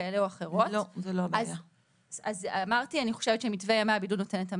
כאלו ואחרות אז מתווה ימי הבידוד נותן את המענה.